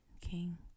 King